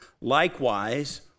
Likewise